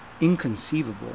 inconceivable